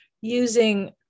using